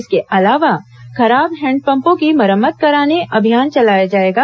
इसके अलावा खराब हैंडपम्पों की मरम्मत कराने अभियान चलाया जाएगा